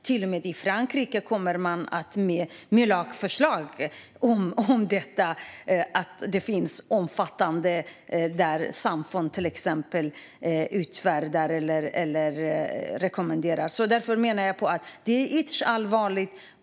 Till och med i Frankrike kommer man med lagförslag om detta då det finns omfattande samfund som utfärdar eller rekommenderar. Jag menar att detta är ytterst allvarligt.